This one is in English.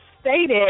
stated